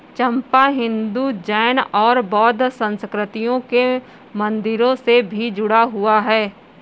चंपा हिंदू, जैन और बौद्ध संस्कृतियों के मंदिरों से भी जुड़ा हुआ है